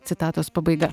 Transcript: citatos pabaiga